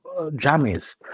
jammies